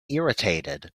irritated